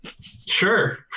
Sure